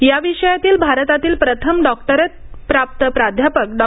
या विषयातील भारतातील प्रथम डॉक्टरेट प्राप्त प्राध्यापक डॉ